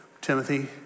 Timothy